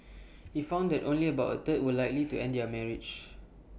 he found that only about A third were likely to end their marriage